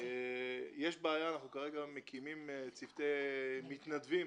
יש בעיה, כרגע אנחנו מקימים צוותי מתנדבים